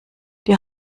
die